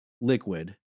liquid